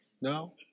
no